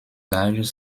larges